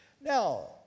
now